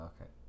okay